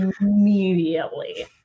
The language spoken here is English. immediately